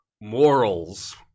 morals